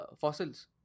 fossils